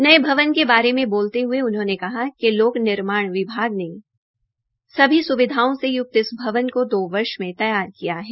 नये भवन के बारे में बोलते हये उन्होंने कहा कि लोक निर्माण विभाग ने सभी सुविधाओं से युक्त इस भवन को दो वर्ष मे तैयार किया है